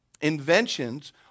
inventions